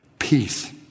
peace